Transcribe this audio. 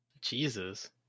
Jesus